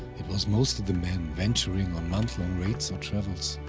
it was mostly the man venturing on monthlong raids or travels,